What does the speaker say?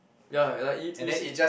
ya like you you said